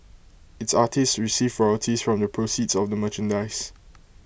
its artists receive royalties from the proceeds of the merchandise